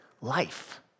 life